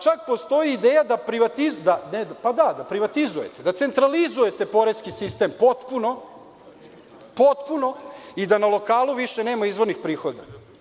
Čak postoji ideja da privatizujete, da centralizujete poreski sistem, potpuno, i da na lokalu više nema izvornih prihoda.